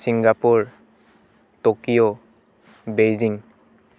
Singapore Tokyo Beijing